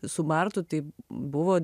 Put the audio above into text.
su bartu tai buvo